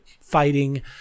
fighting